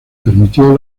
permitió